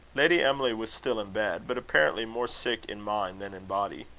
lady emily was still in bed, but apparently more sick in mind than in body.